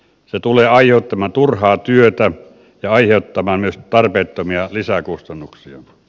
se tulee aiheuttamaan turhaa työtä ja myös tarpeettomia lisäkustannuksia